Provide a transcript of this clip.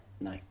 no